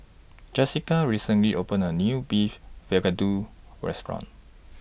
Jesica recently opened A New Beef Vindaloo Restaurant